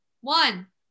one